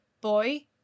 boy